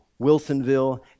Wilsonville